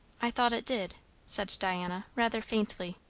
i thought it did said diana rather faintly.